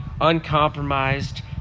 uncompromised